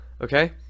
okay